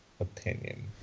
opinion